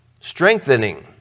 Strengthening